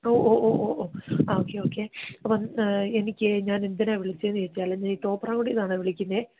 okay okay അപ്പോൾ എനിക്ക് ഞാൻ എന്തിനാണ് വിളിച്ചതെന്ന് ചോദിച്ചാൽ ഈ തോപ്രാം കുടിയിൽ നിന്നാണ് വിളിക്കുന്നത്